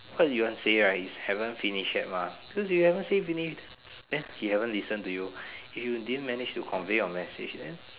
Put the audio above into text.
what you want to say right is haven't finish yet mah because you haven't say finish then he haven't listen to you if you didn't manage to convey your message then